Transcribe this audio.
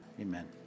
Amen